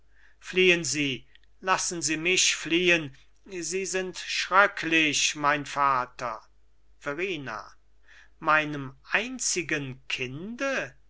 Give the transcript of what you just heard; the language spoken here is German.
fliehen sie lassen sie mich fliehen sie sind schröcklich mein vater verrina meinem einzigen kinde